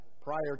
prior